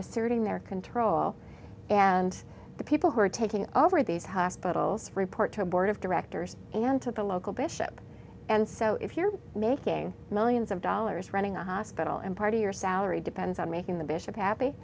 asserting their control and the people who are taking over these hospitals report to a board of directors and to the local bishop and so if you're making millions of dollars running a hospital and part of your salary depends on making the bishop happy